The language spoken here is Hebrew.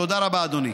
תודה רבה, אדוני.